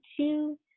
two